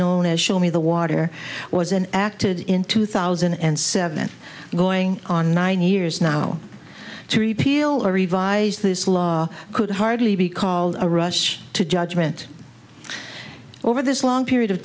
known as show me the water was an acted in two thousand and seven going on one years now to repeal or revise this law could hardly be called a rush to judgment over this long period of